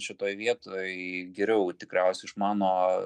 šitoj vietoj geriau tikriausiai išmano